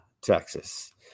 Texas